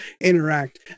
interact